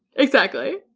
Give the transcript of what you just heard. exactly.